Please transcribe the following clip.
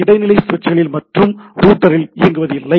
இடைநிலை சுவிட்சுகள் அல்லது ரூட்டர் இல் இயங்குவது இல்லை